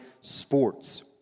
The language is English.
sports